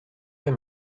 vais